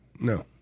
no